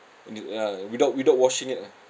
the ah without without washing it ah